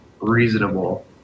reasonable